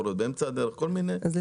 יכול להיות באמצע הדרך.